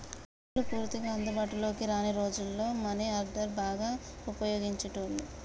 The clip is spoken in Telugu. బ్యేంకులు పూర్తిగా అందుబాటులోకి రాని రోజుల్లో మనీ ఆర్డర్ని బాగా వుపయోగించేటోళ్ళు